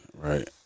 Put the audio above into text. Right